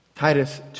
Titus